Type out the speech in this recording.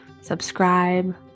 subscribe